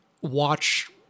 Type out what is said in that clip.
watch